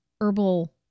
herbal